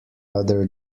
other